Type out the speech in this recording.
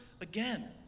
again